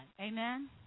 Amen